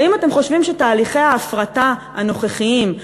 ואם אתם חושבים שתהליכי ההפרטה הנוכחיים,